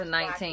2019